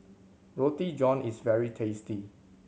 Roti John is very tasty